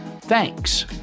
Thanks